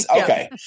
okay